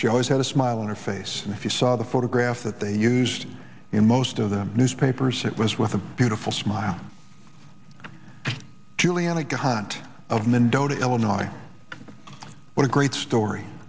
she always had a smile on her face and if you saw the photograph that they used in most of the newspapers it was with a beautiful smile juliana god of mendota illinois what a great story